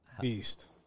beast